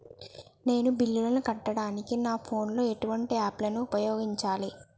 నేను బిల్లులను కట్టడానికి నా ఫోన్ లో ఎటువంటి యాప్ లను ఉపయోగించాలే?